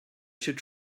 should